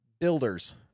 builders